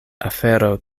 afero